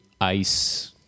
ice